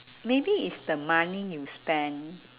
maybe it's the money you spend